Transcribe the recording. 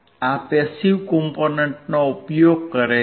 આ પેસીવ કોમ્પોનેંટનો ઉપયોગ કરે છે